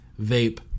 vape